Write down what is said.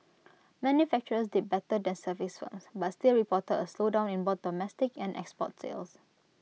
manufacturers did better than services firms but still reported A slowdown in both domestic and export sales